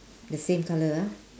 the same colour ah